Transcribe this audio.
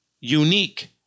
unique